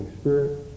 Spirit